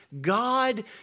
God